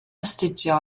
astudio